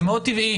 זה מאוד טבעי.